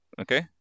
Okay